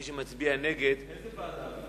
מי שמצביע נגד איזו ועדה?